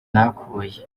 nahakuye